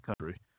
country